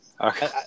Okay